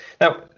now